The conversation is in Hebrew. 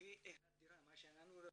על הדירה שרכשנו.